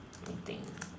let me think